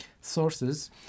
sources